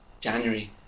January